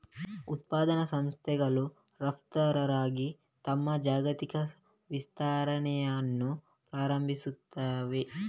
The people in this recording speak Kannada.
ಉತ್ಪಾದನಾ ಸಂಸ್ಥೆಗಳು ರಫ್ತುದಾರರಾಗಿ ತಮ್ಮ ಜಾಗತಿಕ ವಿಸ್ತರಣೆಯನ್ನು ಪ್ರಾರಂಭಿಸುತ್ತವೆ